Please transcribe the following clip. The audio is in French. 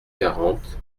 quarante